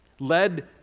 led